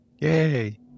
Yay